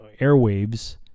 airwaves